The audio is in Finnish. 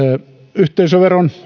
yhteisöveron